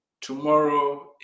Tomorrow